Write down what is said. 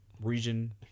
region